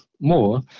more